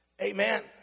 Amen